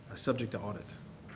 subject to audit.